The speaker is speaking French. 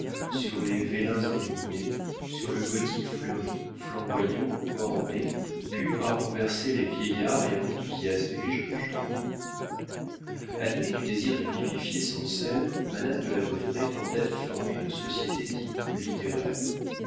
sur les vélins enluminés sur le gothique fleuri flamboyant orné pur à renverser les vieillards et à enthousiasmer les jeunes gens animée du désir de vivifier sancerre madame de la baudraye tenta d'y former une société dite littéraire